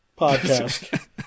podcast